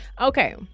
Okay